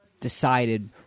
decided